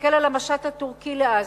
תסתכל על המשט הטורקי לעזה,